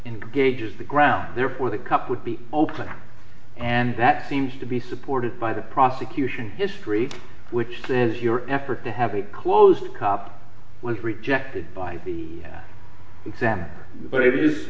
engages the ground therefore the cup would be open and that seems to be supported by the prosecution history which says your effort to have a closed cop was rejected by the exam but it is